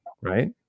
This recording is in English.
right